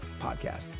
podcast